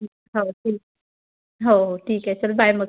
हो हो ठीक हो हो ठीक आहे चल बाय मग